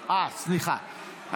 סליחה,